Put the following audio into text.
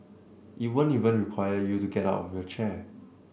it won't even require you to get out of your chair